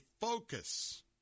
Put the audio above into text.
focus